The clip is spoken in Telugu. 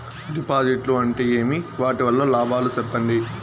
డిపాజిట్లు అంటే ఏమి? వాటి వల్ల లాభాలు సెప్పండి?